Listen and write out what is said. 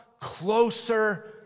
closer